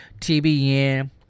TBN